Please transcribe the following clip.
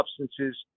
substances